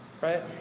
Right